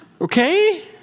okay